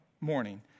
morning